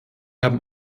haben